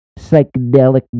psychedelic